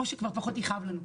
או שכבר פחות יכאב לנו.